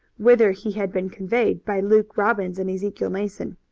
whither he had been conveyed by luke robbins and ezekiel mason.